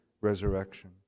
resurrection